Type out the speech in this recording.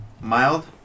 mild